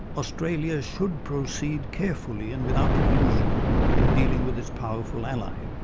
australia should proceed carefully and without illusion in dealing with its powerful ally.